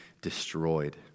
destroyed